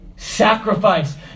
sacrifice